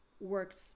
works